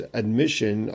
admission